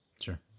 Sure